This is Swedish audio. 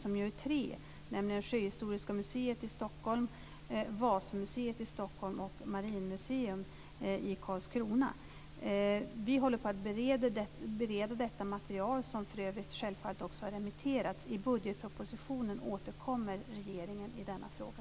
De är ju tre, nämligen Sjöhistoriska museet i Stockholm, Vasamuseet i Stockholm och Vi bereder nu detta material, som självfallet också har remitterats. I budgetpropositionen återkommer regeringen i denna fråga.